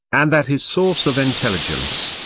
and that his source of intelligence,